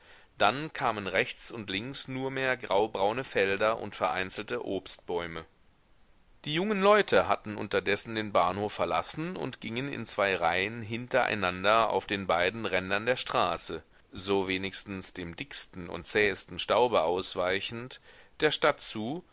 dann kamen rechts und links nur mehr graubraune felder und vereinzelte obstbäume die jungen leute hatten unterdessen den bahnhof verlassen und gingen in zwei reihen hintereinander auf den beiden rändern der straße so wenigstens dem dicksten und zähesten staube ausweichend der stadt zu